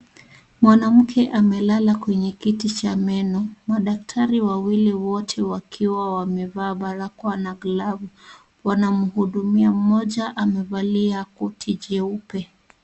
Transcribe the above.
Mwanamke amelala kwenye kiti cha meno. Madaktari wawili wote wakiwa wamevaa barakoa na glove ,wanamhudumia moja amevalia koti jeupe.